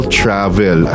travel